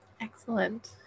Excellent